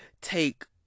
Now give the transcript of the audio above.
take